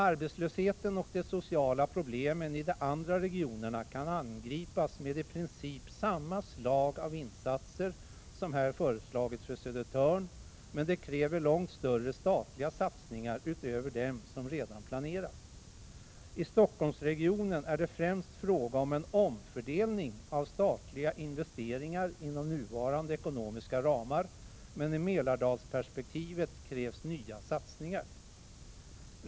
Arbetslösheten och de sociala problemen i de andra regionerna kan angripas med i princip samma slag av insatser som här föreslagits för Södertörn, men de kräver långt större statliga satsningar utöver dem som redan planeras. I Stockholmsregionen är det främst fråga om en omfördelning av statliga investeringar inom nuvarande ekonomiska ramar, men i Mälardalsperspektivet krävs nya satsningar.